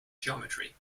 geometry